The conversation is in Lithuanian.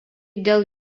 dėl